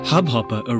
Hubhopper